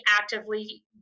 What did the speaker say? actively